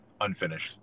unfinished